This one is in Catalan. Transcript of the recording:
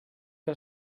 que